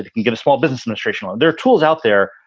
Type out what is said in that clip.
ah you get a small business in attritional, their tools out there.